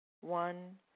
One